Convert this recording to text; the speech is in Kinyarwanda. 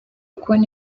kubona